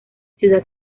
ciudad